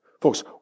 Folks